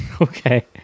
Okay